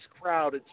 crowd